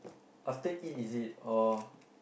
after eat is it or